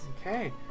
Okay